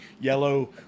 yellow